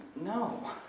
No